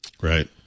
Right